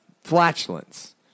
flatulence